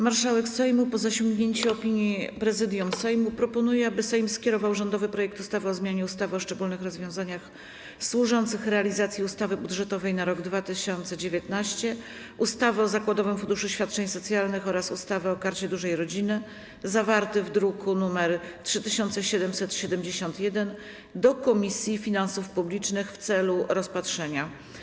Marszałek Sejmu, po zasięgnięciu opinii Prezydium Sejmu, proponuje, aby Sejm skierował rządowy projekt ustawy o zmianie ustawy o szczególnych rozwiązaniach służących realizacji ustawy budżetowej na rok 2019, ustawy o zakładowym funduszu świadczeń socjalnych oraz ustawy o Karcie Dużej Rodziny, zawarty w druku nr 3771, do Komisji Finansów Publicznych w celu rozpatrzenia.